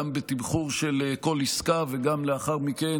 גם בתמחור של כל עסקה וגם לאחר מכן,